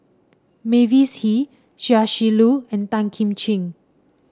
Mavis Hee Chia Shi Lu and Tan Kim Ching